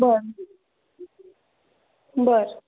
बरं बरं